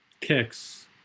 kicks